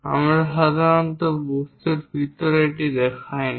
আমরা সাধারণত বস্তুর ভিতরে এটি দেখাই না